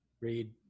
Read